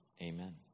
amen